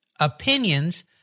opinions